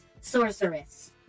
sorceress